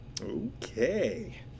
Okay